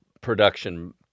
production